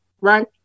Right